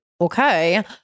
Okay